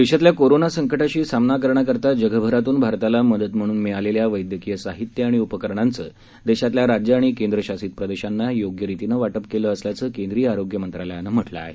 देशातल्या कोरोना संकटाशी सामना करण्याकरता जगभरातून भारताला मदत म्हणून मिळालेल्या वैद्यकीय साहित्य आणि उपकरणांचं देशातल्या राज्य आणि केंद्रशासित प्रदेशांना योग्य रीतीनं वाटप केलं असल्याचं केंद्रीय आरोग्य मंत्रालयानं म्हटलं आहे